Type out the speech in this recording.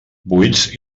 vuits